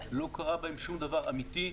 לא קרה בהם שום דבר אמיתי,